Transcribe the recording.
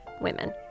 women